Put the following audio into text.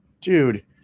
dude